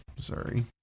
Sorry